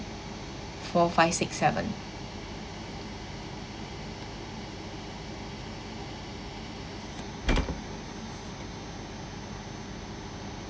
four five six seven